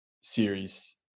series